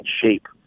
shape